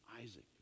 Isaac